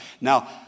now